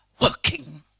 Working